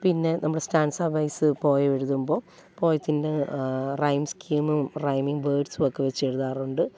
പിന്നെ നമ്മുടെ stanza wise poem എഴുതുമ്പോൾ പോയത്തിൻ്റെ റൈം സ്കീമും റൈമിങ് വേർഡ്സുമൊക്കെ വെച്ച് എഴുതാറുണ്ട്